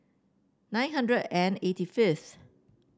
nine hundred and eighty fifth